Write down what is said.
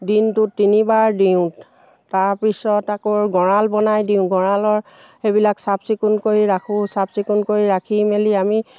দিনটোত তিনিবাৰ দিওঁ তাৰপিছত আকৌ গড়াল বনাই দিওঁ গড়ালৰ সেইবিলাক চাফচিকুণ কৰি ৰাখোঁ চাফচিকুণ কৰি ৰাখি মেলি আমি